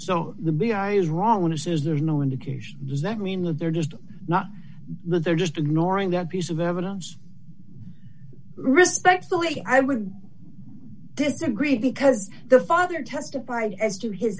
so the big guy is wrong when he says there's no indication does that mean that they're just not they're just ignoring that piece of evidence respectfully i would disagree because the father testified as to his